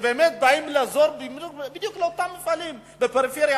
שבאמת באים לעזור בדיוק לאותם מפעלים בפריפריה,